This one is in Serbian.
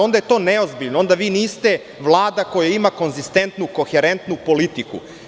Onda je to neozbiljno, onda vi niste Vlada koja ima konzistentnu, koherentnu politiku.